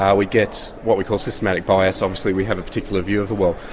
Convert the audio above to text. ah we get what we call systematic bias. obviously we have a particular view of the world.